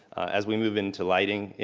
as we move into lighting, you